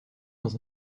dans